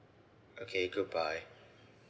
okay goodbye